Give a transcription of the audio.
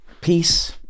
Peace